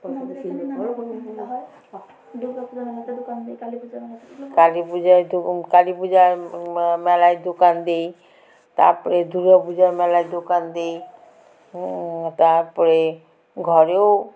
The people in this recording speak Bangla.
কালী পূজায় কালী পূজার মেলায় দোকান দিই তারপরে দুর্গাপূজার মেলায় দোকান দিই তারপরে ঘরেও